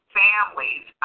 families